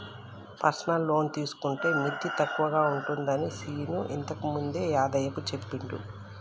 personal loan తీసుకుంటే మిత్తి తక్కువగా ఉంటుందని శీను ఇంతకుముందే యాదయ్యకు చెప్పిండు